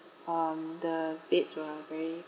um the beds were very